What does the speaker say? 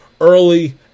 early